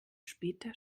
später